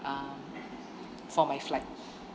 uh for my flight